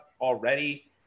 already